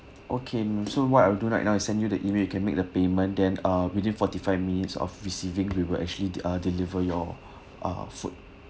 okay so what I will do right now is send you the email you can make the payment then ah within forty-five minutes of receiving we will actually ah deliver your ah food